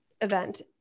event